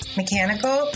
mechanical